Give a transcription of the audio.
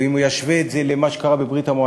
ואם הוא ישווה את זה למה שקרה בברית-המועצות,